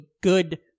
good